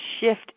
shift